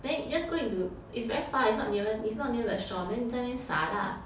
then you just go into it's very far it's not even it's not even near the shore then 你在那边撒 lah